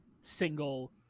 single